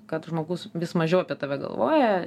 kad žmogus vis mažiau apie tave galvoja